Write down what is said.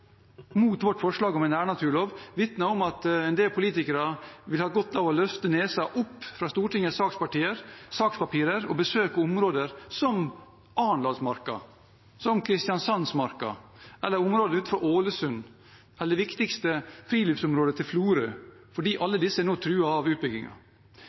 mot vårt forslag om en nærnaturlov vitner om at en del politikere ville hatt godt av å løfte nesen opp fra Stortingets sakspapirer og besøke områder som Arendalsmarka, Kristiansand-marka, områder utenfor Ålesund eller det viktigste friluftsområdet til Florø,